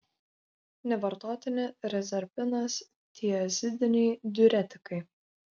nevartotini rezerpinas tiazidiniai diuretikai